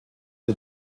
der